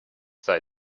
sei